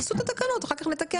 תעשו את התקנות ואחר כך נתקן.